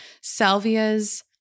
salvias